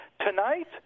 Tonight